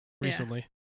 recently